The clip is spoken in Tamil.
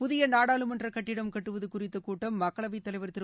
புதிய நாடாளுமன்றக் கட்டிடம் கட்டுவது குறித்த கூட்டம் மக்களவைத் தலைவர் திரு